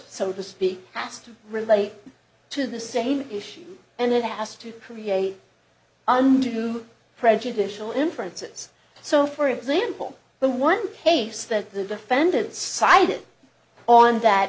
so to speak as to relate to the same issue and it has to create undue prejudicial inferences so for example the one case that the defendants cited on that